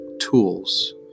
tools